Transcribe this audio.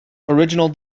original